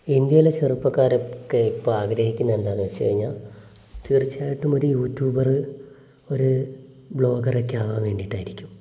ഇന്ത്യയിലെ ചെറുപ്പക്കാരൊക്കെ ഇപ്പോൾ ആഗ്രഹിക്കുന്ന എന്താണെന്നു വച്ചു കഴിഞ്ഞാൽ തീർച്ചയായിട്ടും ഒരു യൂട്യൂബറ് ഒരു വ്ളോഗറൊക്കെ ആവാൻ വേണ്ടിയിട്ടായിരിക്കും